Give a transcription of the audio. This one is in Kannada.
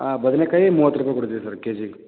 ಹಾಂ ಬದನೆಕಾಯಿ ಮೂವತ್ತು ರೂಪಾಯಿ ಕೊಡ್ತೀವಿ ಸರ್ ಕೆ ಜಿಗೆ